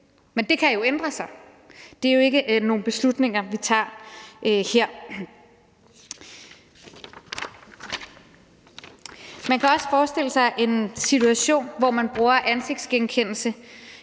Men det kan jo ændre sig. Det er jo ikke en beslutning, vi tager her. Man kan også forestille sig en situation, hvor man bruger ansigtsgenkendelse